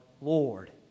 Lord